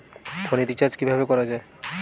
ফোনের রিচার্জ কিভাবে করা যায়?